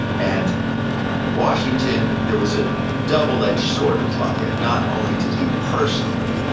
and washington, there was ah double edged sword with lafayette. not only did he personally